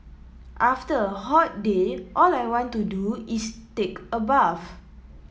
after a hot day all I want to do is take a bath